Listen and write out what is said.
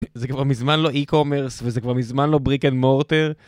זה כבר מזמן לא אי קומרס וזה כבר מזמן לא בריקן מורטר.